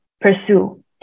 pursue